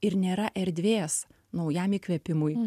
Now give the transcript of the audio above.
ir nėra erdvės naujam įkvėpimui